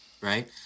right